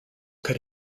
cut